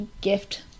gift